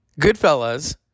Goodfellas